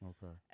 Okay